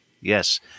Yes